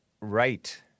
right